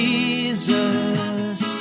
Jesus